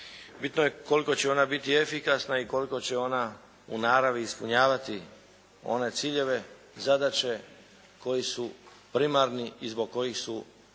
Bitno je koliko će ona biti efikasna i koliko će ona u naravi ispunjavati one ciljeve i zadaće koji su primarni i zbog kojih su i